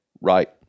Right